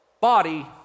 body